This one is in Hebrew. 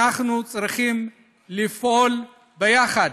אנחנו צריכים לפעול ביחד,